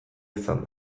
izan